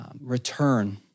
return